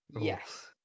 Yes